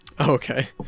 Okay